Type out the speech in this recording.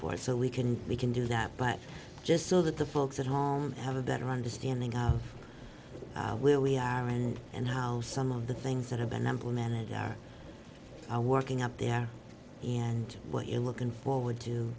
it so we can we can do that but just so that the folks at home have a better understanding of lily island and how some of the things that have been implemented are i working up there and what you're looking forward to